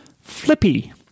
Flippy